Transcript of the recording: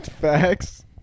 facts